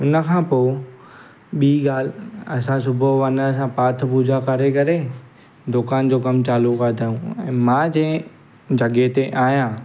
हिन खां पोइ ॿीं ॻाल्हि असां सुबुह जो वञण सां पाठ पूॼा करे करे दुकान जो कमु चालू कंदा आहियूं ऐं मां जंहिं जॻहि ते आहियां